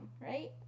right